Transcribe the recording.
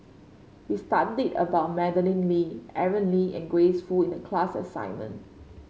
we studied about Madeleine Lee Aaron Lee and Grace Fu in the class assignment